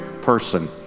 person